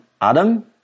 Adam